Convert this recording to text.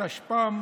התשפ"ב